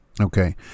Okay